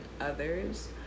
others